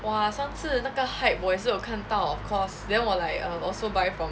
!wah! 上次那个 hype 我也是有看到 of course then 我 like also buy from